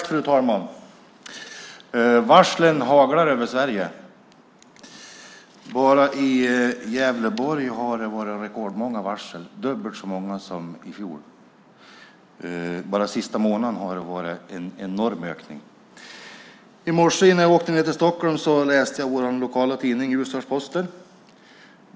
Fru talman! Varslen haglar över Sverige. Bara i Gävleborg har det varit rekordmånga varsel, dubbelt så många som i fjol. Bara den senaste månaden har det varit en enorm ökning. I morse innan jag åkte ned till Stockholm läste jag i vår lokala tidning Ljusdals-Posten.